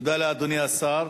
תודה לאדוני השר.